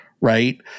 Right